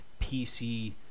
PC